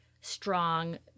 strong